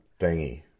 thingy